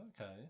okay